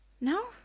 No